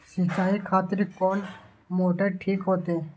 सीचाई खातिर कोन मोटर ठीक होते?